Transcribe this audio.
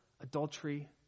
adultery